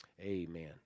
amen